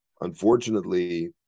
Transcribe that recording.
unfortunately